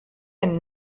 and